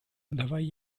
давай